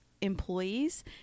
employees